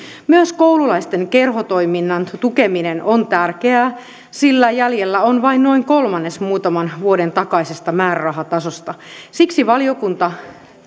myös koululaisten kerhotoiminnan tukeminen on tärkeää sillä jäljellä on vain noin kolmannes muutaman vuoden takaisesta määrärahatasosta siksi valiokunta